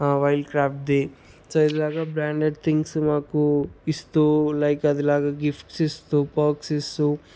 wild క్రాఫ్ట్ది so ఇలాగ branded things మాకు ఇస్తూ లైక్ అదేలాగ గిఫ్ట్స్ ఇస్తూ పర్క్స్ ఇస్తూ